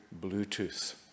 Bluetooth